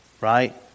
right